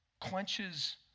quenches